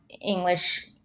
English